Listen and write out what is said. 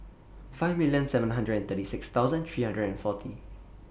five million seven hundred and thirty six thousand three hundred and forty